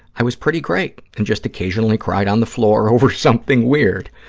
i was pretty great and just occasionally cried on the floor over something weird.